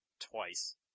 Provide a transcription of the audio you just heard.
twice